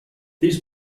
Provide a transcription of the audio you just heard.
this